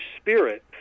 spirit